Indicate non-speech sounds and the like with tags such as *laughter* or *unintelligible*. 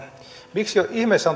miksi ihmeessä *unintelligible*